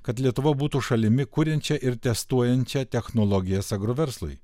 kad lietuva būtų šalimi kuriančia ir testuojančia technologijas agroverslui